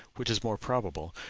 which is more probable,